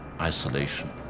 isolation